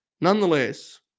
nonetheless